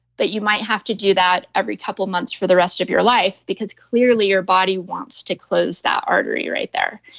but you might have to do that every couple months for the rest of your life because clearly your body wants to close that artery right there,